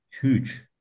huge